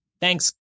thanks